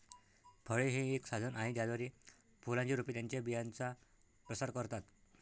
फळे हे एक साधन आहे ज्याद्वारे फुलांची रोपे त्यांच्या बियांचा प्रसार करतात